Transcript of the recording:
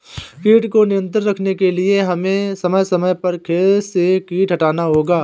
कीट को नियंत्रण रखने के लिए हमें समय समय पर खेत से कीट हटाना होगा